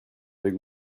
avec